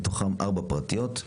מתוכם ארבע פרטיות.